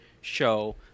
show